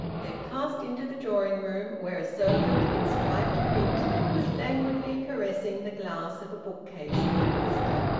they passed into the drawing-room, where a servant in striped print was languidly caressing the glass of a bookcase with a duster.